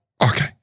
Okay